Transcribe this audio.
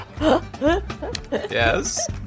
Yes